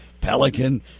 pelican